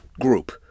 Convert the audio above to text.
group